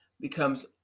becomes